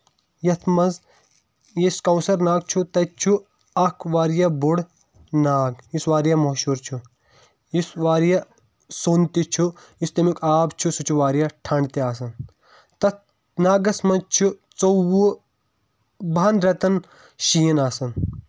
یَتھ منٛز یُس کونٛسر ناگ چھُ تَتہِ چھُ اکھ واریاہ بوٚڑ ناگ یُس واریاہ مشہوٗر چھُ یُس واریاہ سۄن تہِ چھُ یُس تَمیُک آب چھُ سُہ چھُ واریاہ ٹھنٛڈ تہِ آسان تَتھ ناگس منٛز چھُ ژوٚوُہ بہَن رٮ۪تَن شیٖن آسان